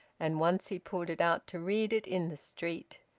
and once he pulled it out to read it in the street.